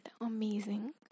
amazing